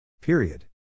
Period